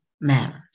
matters